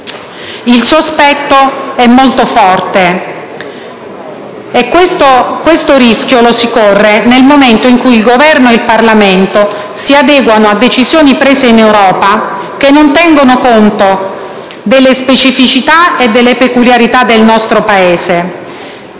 Il sospetto è molto forte, e questo rischio lo si corre nel momento in cui il Governo e il Parlamento si adeguano a decisioni prese in Europa che non tengono conto delle specificità e delle peculiarità del nostro Paese;